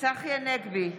צחי הנגבי,